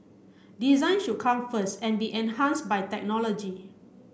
design should come first and be enhanced by technology